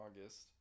August